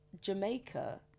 Jamaica